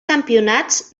campionats